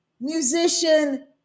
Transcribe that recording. musician